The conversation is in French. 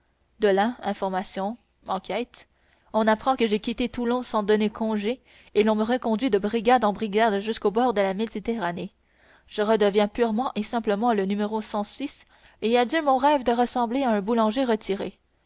de là information enquête on apprend que j'ai quitté toulon sans donner congé et l'on me reconduit de brigade en brigade jusqu'au bord de la méditerranée je redeviens purement et simplement le numéro et adieu mon rêve de ressembler à un boulanger retiré